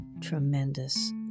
tremendous